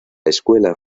escuela